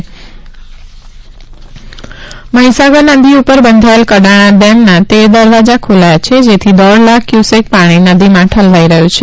જળાશય છલકાયા મહીસાગર નદી ઉપર બંધાયેલ કડાણા ડેમના તેર જેટલા દરવાજા ખોલાયા છે જેથી દોઢ લાખ કયુસેક પાણી નદીમાં ઠલવાઈ રહ્યો છે